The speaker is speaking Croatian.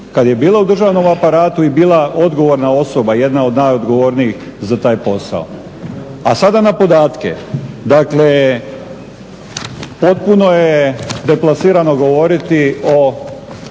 Maletić bila u državnom aparatu i bila odgovorna osoba, jedna od najodgovornijih za taj posao. A sada na podatke. Dakle, potpuno je deplasirano govoriti o